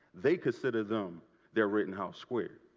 they consider them their rittenhouse square.